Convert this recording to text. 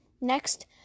Next